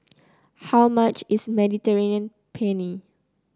how much is Mediterranean Penne